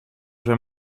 zijn